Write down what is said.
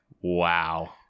Wow